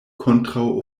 kontraŭ